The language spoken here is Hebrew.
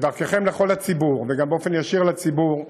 ודרככם לכל הציבור, וגם באופן ישיר לציבור,